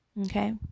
Okay